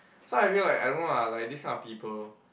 so I feel like I don't know ah like this kind of people